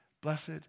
Blessed